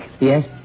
Yes